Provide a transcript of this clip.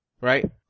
Right